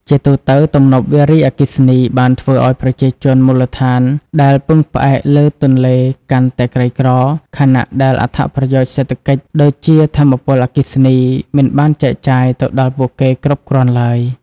ជាទូទៅ ទំនប់វារីអគ្គិសនីបានធ្វើឱ្យប្រជាជនមូលដ្ឋានដែលពឹងផ្អែកលើទន្លេកាន់តែក្រីក្រ ខណៈដែលអត្ថប្រយោជន៍សេដ្ឋកិច្ច ដូចជាថាមពលអគ្គិសនី មិនបានចែកចាយទៅដល់ពួកគេគ្រប់គ្រាន់ឡើយ។